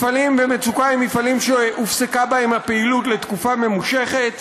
מפעלים במצוקה הם מפעלים שהופסקה בהם הפעילות לתקופה ממושכת,